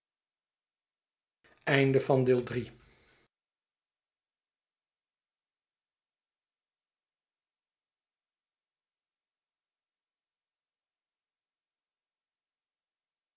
hadden van elke